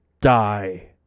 die